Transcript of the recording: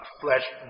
flesh